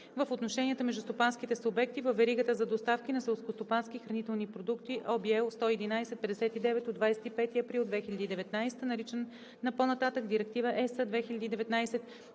в отношенията между стопанските субекти във веригата за доставки на селскостопански и хранителни продукти (ОВ, L 111/59 от 25 април 2019 г.), наричана по-нататък „Директива (ЕС)